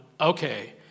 okay